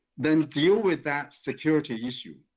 then deal with that security issue.